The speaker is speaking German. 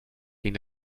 ging